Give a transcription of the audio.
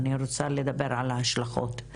אני רוצה לדבר על ההשלכות.